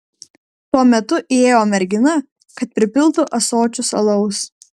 tuo metu įėjo mergina kad pripiltų ąsočius alaus